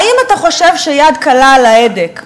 האם אתה חושב שיד קלה על ההדק,